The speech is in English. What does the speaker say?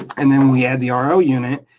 and then we add the ah ro unit.